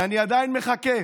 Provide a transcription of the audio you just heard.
אני עדיין מחכה,